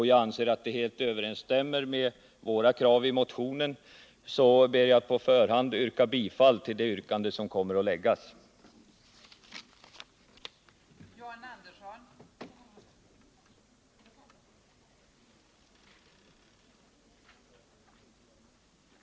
Jag anser att detta helt överensstämmer med våra krav i motionen, och därför ber jag att på förhand få yrka bifall till det yrkande som kommer att framställas.